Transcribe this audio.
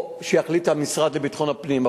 או שיחליט המשרד לביטחון הפנים.